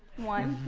one.